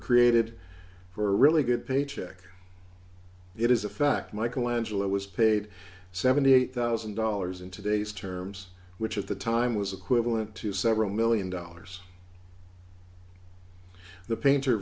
created for really good paycheck it is a fact michelangelo was paid seventy eight thousand dollars in today's terms which at the time was equivalent to several million dollars the painter